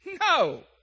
No